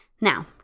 Now